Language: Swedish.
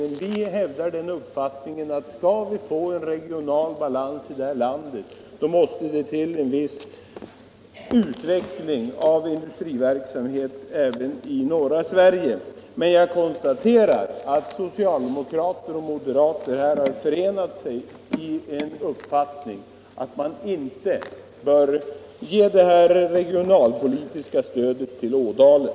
Men vi hävdar uppfattningen, att skall vi kunna få en regional balans i det här landet, krävs det en utveckling av industriverksamhet även i norra Sverige. Jag konstaterar dock att socialdemokrater och moderater här har förenat sig i uppfattningen att man inte bör ge detta regionalpolitiska stöd till Ådalen.